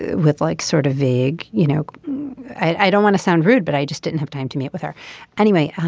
with like sort of vague you know i don't want to sound rude but i just didn't have time to meet with her anyway.